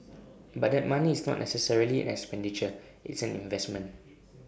but that money is not necessarily an expenditure it's an investment